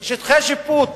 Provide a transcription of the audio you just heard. שטחי שיפוט,